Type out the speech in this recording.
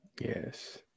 yes